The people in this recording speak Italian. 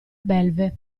belve